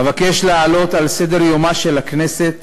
אבקש להעלות על סדר-יומה של הכנסת